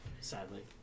Sadly